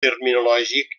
terminològic